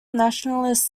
nationalist